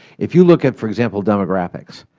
if you look at, for example, demographics.